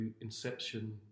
inception